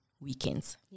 Weekends